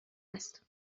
است